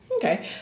Okay